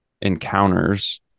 encounters